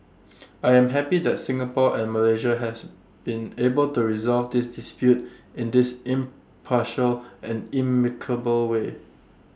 I am happy that Singapore and Malaysia has been able to resolve this dispute in this impartial and amicable way